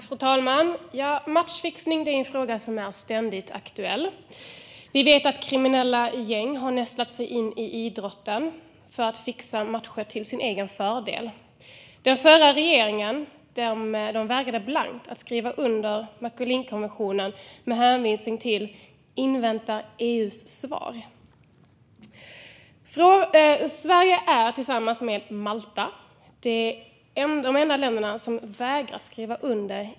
Fru talman! Matchfixning är en fråga som är ständigt aktuell. Vi vet att kriminella gäng har nästlat sig in i idrotten för att fixa matcher till sin egen fördel. Den förra regeringen vägrade blankt att skriva under Macolinkonventionen, med hänvisning till att man ville invänta EU:s svar. Sverige är tillsammans med Malta de enda länderna i EU som har vägrat skriva under.